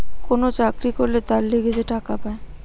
কোন চাকরি করলে তার লিগে যে টাকা পায়